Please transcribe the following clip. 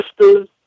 sisters